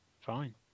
Fine